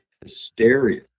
hysteria